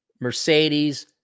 Mercedes